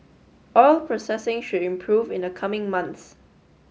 oil processing should improve in the coming months